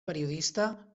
periodista